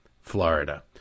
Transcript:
florida